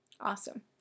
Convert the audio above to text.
awesome